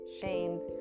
shamed